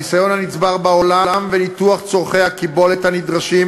הניסיון הנצבר בעולם וניתוח צורכי הקיבולת הנדרשים